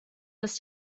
dass